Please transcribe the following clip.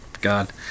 God